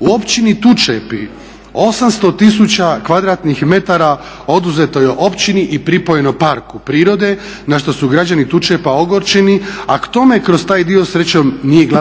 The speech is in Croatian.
U općini Tučepi 800 tisuća kvadratnih metara oduzeto je općini i pripojeno parku prirode na što su građani Tučepa ogorčeni, a k tome kroz taj dio srećom nije glavno